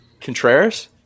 Contreras